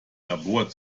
labor